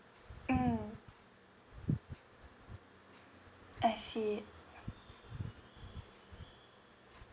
mm I see